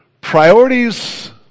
priorities